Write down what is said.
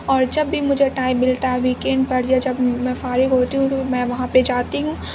اور جب بھی مجھے ٹائم ملتا ہے ویکینڈ پر یا جب میں فارغ ہوتی ہوں تو میں وہاں پہ جاتی ہوں